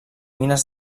mines